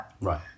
Right